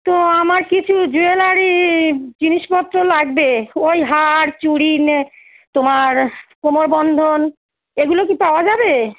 তো আমার কিছু জুয়েলারির জিনিসপত্র লাগবে ওই হার চুরি নেক তোমার কোমর বন্ধন এগুলো কি পাওয়া যাবে